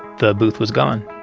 the booth was gone